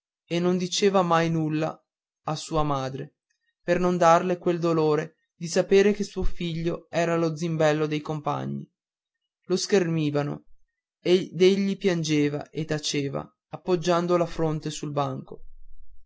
e non diceva mai nulla a sua madre per non darle quel dolore di sapere che suo figlio era lo zimbello dei compagni lo schernivano ed egli piangeva e taceva appoggiando la fronte sul banco